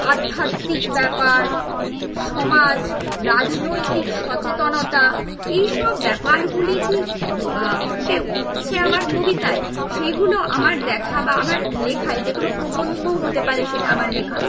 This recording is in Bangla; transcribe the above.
আধ্যাত্মিক ব্যাপার সমাজ রাজনৈতিক সচেতনতা এইসব ব্যাপারগুলি কী ফুটে উঠছে আমার কবিতায় সেগুলো আমার দেখা বা আমার লেখায় যে কোনো প্রবন্ধও হতে পারে সেটা আমার লেখা